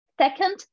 Second